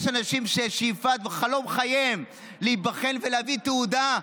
יש אנשים שחלום חייהם להיבחן ולהביא תעודה,